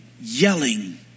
yelling